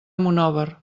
monòver